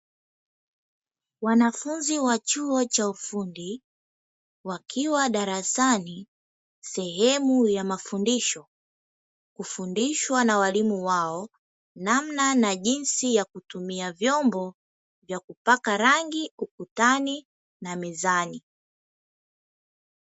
Wanafunzi wa chuo cha ufundi wakiwa darasani, sehemu ya mafundisho. Hufundishwa na walimu wao namna na jinsi ya kutumia vyombo, vya kupaka rangi ukutani na mezani.